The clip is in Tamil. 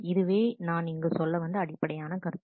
இதுவே நான் இங்கு சொல்ல வந்த அடிப்படையான கருத்து